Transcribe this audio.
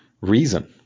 reason